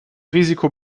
risiko